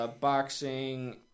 boxing